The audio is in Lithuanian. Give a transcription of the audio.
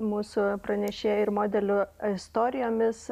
mūsų pranešėjo ir modelio istorijomis